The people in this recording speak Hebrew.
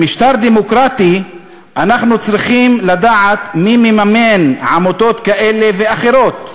במשטר דמוקרטי אנחנו צריכים לדעת מי מממן עמותות כאלה ואחרות,